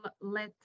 let